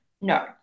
no